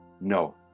No